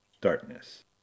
darkness